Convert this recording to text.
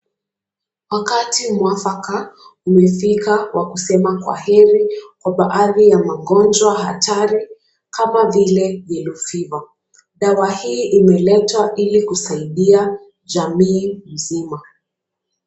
Wakati mwafaka umefika wa kusema kwaheri kwa baadhi ya magonjwa hatari kama vile yellow Fever . Dawa hii imeletwa ili kusaidia jamii mzima.